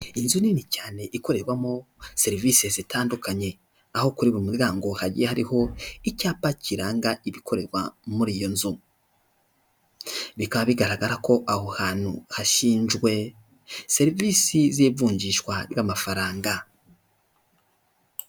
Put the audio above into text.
Inzu nini cyane ikorerwamo serivisi zitandukanye, aho kuri buri muryango hagiye hariho icyapa kiranga ibikorerwa muri iyo nzu, bikaba bigaragara ko aho hantu hashinzwe serivisi z'ivunjishwa ry'amafaranga.